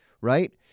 right